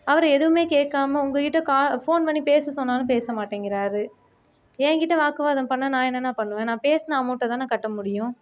அவரு எதுவுமே கேட்காம உங்கள்கிட்ட கா ஃபோன் பண்ணி பேச சொன்னாலும் பேச மாட்டேங்கிறாரு என்கிட்ட வாக்குவாதம் பண்ணால் நான் என்னண்ணா பண்ணுவேன் நான் பேசின அமௌண்ட்டை தானே கட்ட முடியும்